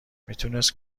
میتونست